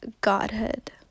godhood